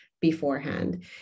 beforehand